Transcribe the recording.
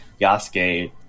yasuke